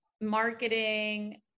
marketing